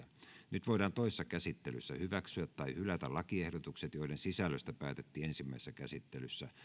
nyt voidaan toisessa käsittelyssä hyväksyä tai hylätä lakiehdotukset joiden sisällöstä päätettiin ensimmäisessä käsittelyssä